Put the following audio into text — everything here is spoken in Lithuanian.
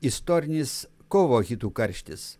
istorinis kovo hitų karštis